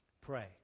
Pray